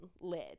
lid